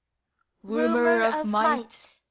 rumour of might,